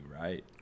right